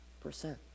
percent